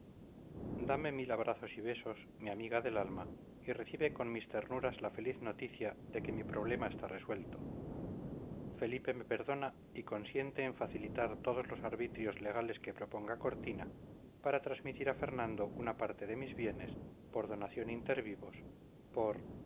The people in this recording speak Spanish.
dame mil abrazos y besos mi amiga del alma y recibe con mis ternuras la feliz noticia de que mi problema está resuelto felipe me perdona y consiente en facilitar todos los arbitrios legales que proponga cortina para transmitir a femando una parte de mis bienes por donación inter vivos por